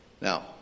Now